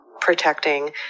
protecting